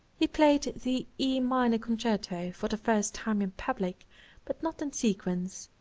he played the e minor concerto for the first time in public but not in sequence.